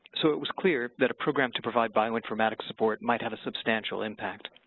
so it was clear that a program to provide bioinformatics support might have a substantial impact.